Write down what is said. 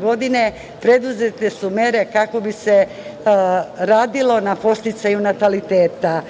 godine, preduzete su mere kako bi se radilo na podsticaju nataliteta.